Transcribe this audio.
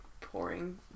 pouring